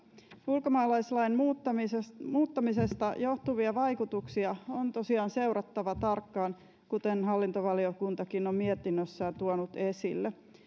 ulkomaalaislain muuttamisesta muuttamisesta johtuvia vaikutuksia on tosiaan seurattava tarkkaan kuten hallintovaliokuntakin on mietinnössään tuonut esille